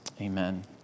Amen